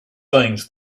things